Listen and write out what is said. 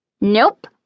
Nope